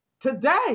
Today